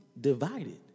divided